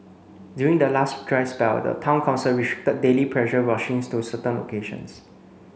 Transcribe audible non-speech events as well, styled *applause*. during the last dry spell the Town Council restricted daily pressure washing *unintelligible* to certain locations